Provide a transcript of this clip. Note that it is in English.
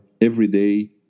everyday